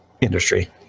industry